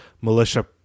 militia